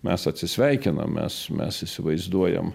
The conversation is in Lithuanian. mes atsisveikinam mes mes įsivaizduojam